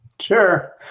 Sure